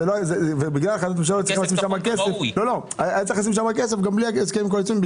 היה צריך לשים שם כסף גם בלי ההסכם הקואליציוני.